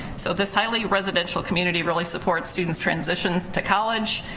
so this highly residential community really supports students' transitions to college,